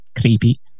Creepy